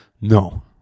no